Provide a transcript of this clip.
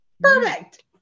Perfect